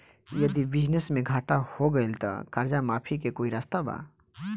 यदि बिजनेस मे घाटा हो गएल त कर्जा माफी के कोई रास्ता बा?